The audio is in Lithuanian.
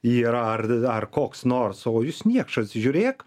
yra ar ar koks nors o jis niekšas žiūrėk